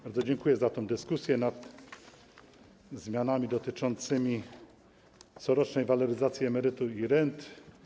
Bardzo dziękuję za tę dyskusję nad zmianami dotyczącymi corocznej waloryzacji emerytur i rent.